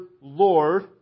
Lord